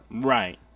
right